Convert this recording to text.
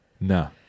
No